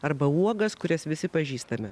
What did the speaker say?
arba uogas kurias visi pažįstame